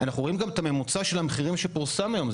אנחנו רואים גם את הממוצע של המחירים שפורסם היום,